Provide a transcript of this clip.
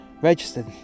registered